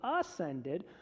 ascended